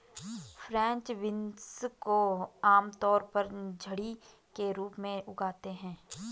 French beans को आमतौर पर झड़ी के रूप में उगाते है